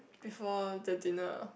before the dinner